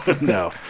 no